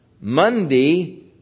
Monday